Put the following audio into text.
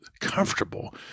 comfortable